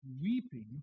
weeping